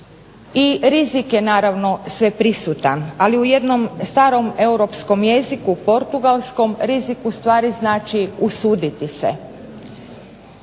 i rizik je naravno sveprisutan, ali na jednom starom europskom jeziku portugalskom rizik ustvari znači usuditi se.